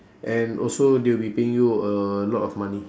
and also they'll be paying you a lot of money